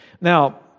Now